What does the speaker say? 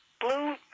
blue